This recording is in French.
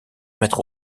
mettre